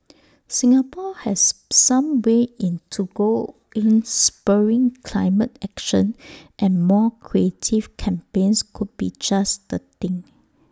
Singapore has some way in to go in spurring climate action and more creative campaigns could be just the thing